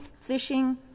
fishing